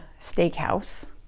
steakhouse